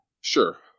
sure